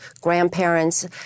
grandparents